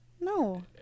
No